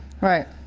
Right